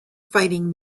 fighting